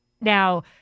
Now